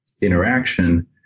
interaction